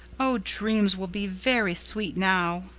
oh, dreams will be very sweet now.